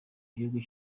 gihugu